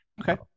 okay